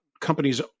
companies